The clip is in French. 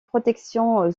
protection